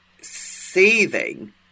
seething